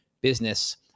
business